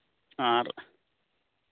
ᱟᱨ